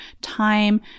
time